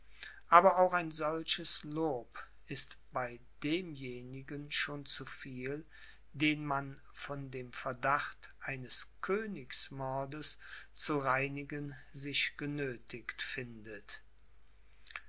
aber auch ein solches lob ist bei demjenigen schon viel den man von dem verdacht eines königsmordes zu reinigen sich genöthigt findet